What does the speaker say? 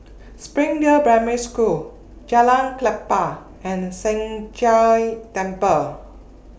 Springdale Primary School Jalan Klapa and Sheng Jia Temple